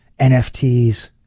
NFTs